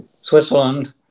Switzerland